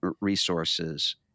resources